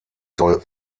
soll